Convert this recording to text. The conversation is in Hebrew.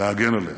להגן עליה.